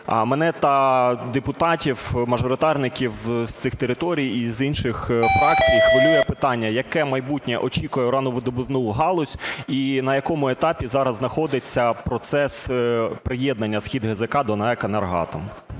Мене та депутатів-мажоритарників з цих територій і з інших фракцій хвилює питання: яке майбутнє очікує урановидобувну галузь і на якому етапі зараз знаходиться процес приєднання "СхідГЗК" до НАЕК "Енергоатом"?